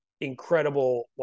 incredible